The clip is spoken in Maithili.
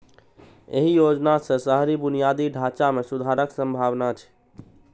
एहि योजना सं शहरी बुनियादी ढांचा मे सुधारक संभावना छै